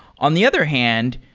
on the other hand,